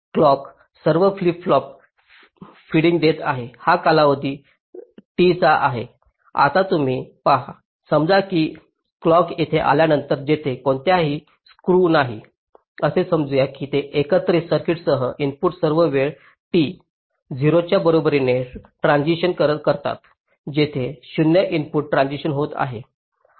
clock सर्व flip फ्लॉपला feeding देत आहे हा कालावधी T चा आहे आता तुम्ही पहा समजा की क्लॉक इथे आल्यानंतर तिथे कोणताही स्क्यू नाही असे समजू की ते एकत्रित सर्किटसह इनपुट सर्व वेळ T 0 च्या बरोबरीने ट्रान्सिशन्स करतात जेथे 0 इनपुट ट्रान्सिशन्स होत आहे